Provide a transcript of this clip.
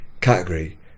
category